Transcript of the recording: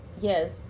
Yes